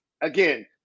again